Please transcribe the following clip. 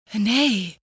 Nay